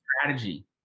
strategy